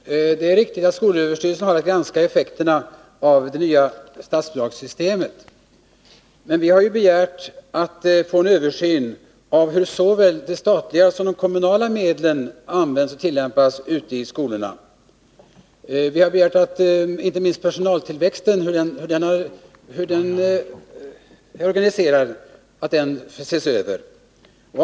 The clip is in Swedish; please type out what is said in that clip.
Herr talman! Det är riktigt att skolöverstyrelsen granskat effekterna av det nya statsbidragssystemet, men vi har begärt att få en översyn av hur de statliga och kommunala medlen används ute i skolorna. Inte minst anser vi att man bör se över personaltillväxten.